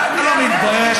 אתה לא מתבייש?